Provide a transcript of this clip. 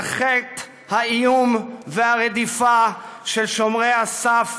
על חטא האיום והרדיפה של שומרי הסף,